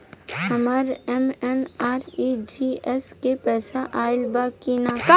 हमार एम.एन.आर.ई.जी.ए के पैसा आइल बा कि ना?